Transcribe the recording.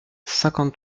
cinquante